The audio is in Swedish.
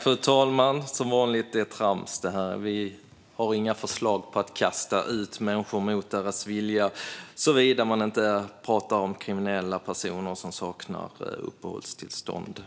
Fru talman! Som vanligt: Detta är trams. Vi har inga förslag om att kasta ut människor mot deras vilja, såvida vi inte pratar om kriminella eller andra personer som saknar uppehållstillstånd.